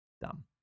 Dumb